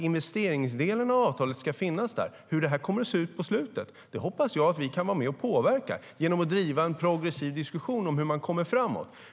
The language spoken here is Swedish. Investeringsdelen av avtalet ska alltså finnas där. Hur detta kommer att se ut på slutet hoppas jag att vi kan vara med och påverka genom att driva en progressiv diskussion om hur man kommer framåt.